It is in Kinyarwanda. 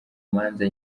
manza